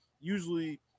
Usually